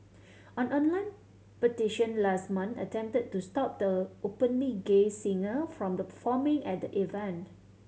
an online petition last month attempted to stop the openly gay singer from the performing at the event